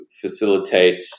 facilitate